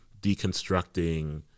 deconstructing